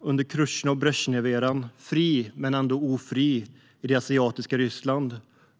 Under Chrusjtjov och Brezjnev levde han fri men ändå ofri i det asiatiska Ryssland.